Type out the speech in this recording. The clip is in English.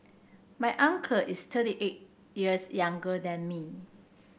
my uncle is thirty eight years younger than me